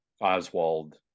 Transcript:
Oswald